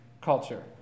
culture